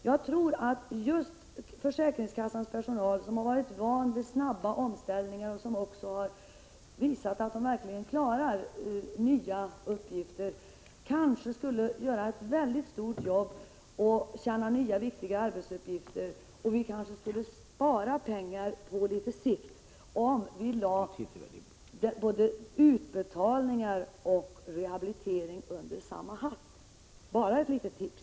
Jag tror att just försäkringskassans personal, som har varit van vid snabba omställningar och som också har visat att den kan klara av nya uppgifter, skulle kunna göra ett väldigt gott jobb och utföra nya viktiga arbetsuppgifter. Vi kanske skulle kunna spara pengar på litet sikt, om vi lade utbetalningar och rehabilitering under samma hatt. Detta vara bara ett litet tips.